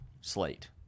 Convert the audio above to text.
slate